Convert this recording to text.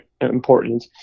important